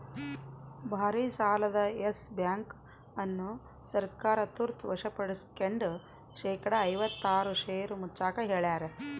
ಭಾರಿಸಾಲದ Yes Bank ಅನ್ನು ಸರ್ಕಾರ ತುರ್ತ ವಶಪಡಿಸ್ಕೆಂಡು ಶೇಕಡಾ ಐವತ್ತಾರು ಷೇರು ಮುಚ್ಚಾಕ ಹೇಳ್ಯಾರ